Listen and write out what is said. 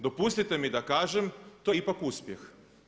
Dopustite mi da kažem to je ipak uspjeh.